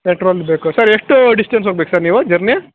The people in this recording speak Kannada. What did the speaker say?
ಪೆಟ್ರೋಲ್ ಬೇಕು ಸರ್ ಎಷ್ಟು ಡಿಸ್ಟೆನ್ಸ್ ಹೋಗಬೇಕು ಸರ್ ನೀವು ಜರ್ನಿ